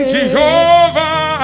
Jehovah